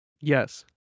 Yes